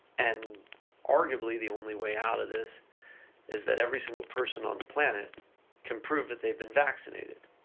and arguably, the only way out of this is that every single person on the planet can prove that they've been vaccinated.